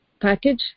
package